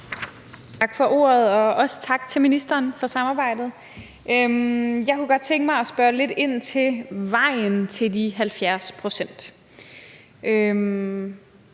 Tak for ordet, og også tak til ministeren for samarbejdet. Jeg kunne godt tænke mig at spørge lidt ind til vejen til de 70 pct.